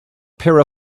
pair